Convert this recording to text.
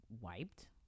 wiped